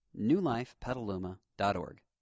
newlifepetaluma.org